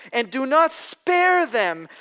and do not spare them.